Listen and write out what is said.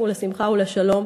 לשמחה ולשלום".